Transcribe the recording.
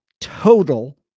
total